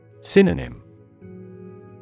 Synonym